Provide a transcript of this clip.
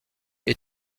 est